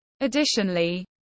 Additionally